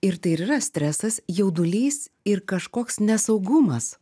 ir tai ir yra stresas jaudulys ir kažkoks nesaugumas